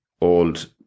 old